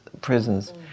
prisons